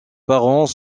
parents